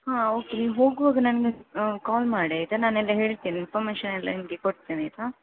ಹಾಂ ಓಕೆ ನೀವು ಹೋಗುವಾಗ ನನಗೆ ಕಾಲ್ ಮಾಡಿ ಆಯಿತಾ ನಾನೆಲ್ಲ ಹೇಳ್ತೇನೆ ಇನ್ಫರ್ಮೇಷನ್ ಎಲ್ಲ ನಿಮಗೆ ಕೊಡ್ತೇನೆ ಆಯಿತಾ